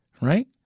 Right